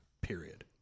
period